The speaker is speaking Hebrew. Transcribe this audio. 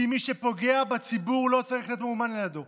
כי מי שפוגע בציבור לא צריך להיות ממומן על ידיו.